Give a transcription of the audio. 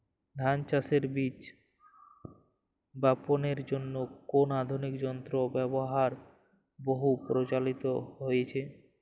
ধান চাষের বীজ বাপনের জন্য কোন আধুনিক যন্ত্রের ব্যাবহার বহু প্রচলিত হয়েছে?